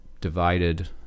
divided